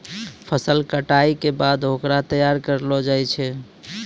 फसल कटाई के बाद होकरा तैयार करलो जाय छै